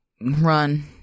run